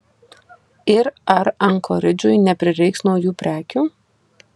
ir ar ankoridžui neprireiks naujų prekių